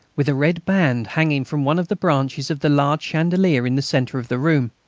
with a red band, hanging from one of the branches of the large chandelier in the centre of the room.